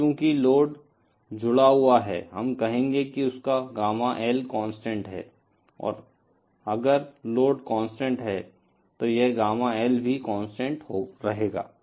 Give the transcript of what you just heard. अब चूंकि लोड जुड़ा हुआ है हम कहेंगे कि उसका गामा L कांस्टेंट है अगर लोड कांस्टेंट है तो यह गामा L भी कांस्टेंट रहेगा